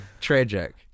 Tragic